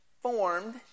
formed